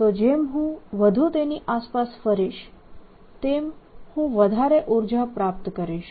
તો જેમ હું વધુ તેની આસપાસ ફરીશ તેમ હું વધારે ઉર્જા પ્રાપ્ત કરીશ